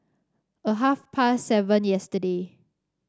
a half past seven yesterday